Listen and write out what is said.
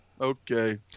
okay